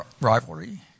rivalry